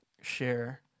share